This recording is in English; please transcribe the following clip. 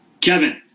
Kevin